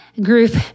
group